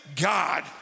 God